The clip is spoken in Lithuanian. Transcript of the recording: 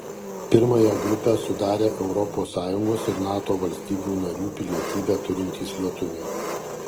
pirmąją grupę sudarę europos sąjungos ir nato valstybių narių pilietybę turintys lietuviai